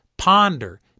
ponder